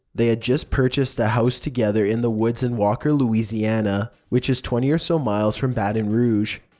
they had just purchased a house together in the woods in walker, louisiana, which is twenty or so miles from baton rouge.